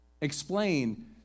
explain